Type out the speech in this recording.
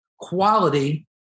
quality